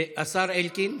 השר אלקין.